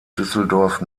düsseldorf